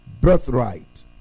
Birthright